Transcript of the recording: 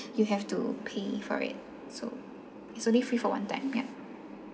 you have to pay for it so it's only free for one time ya